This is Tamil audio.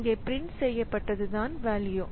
இங்கே ப்ரிண்ட் செய்யப் பட்டதுதான் வேல்யூ